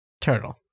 turtle